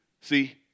See